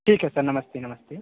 ठीक है नमस्ते नमस्ते